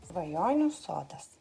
svajonių sodas